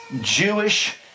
Jewish